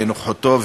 בנוכחותו,